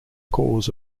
cause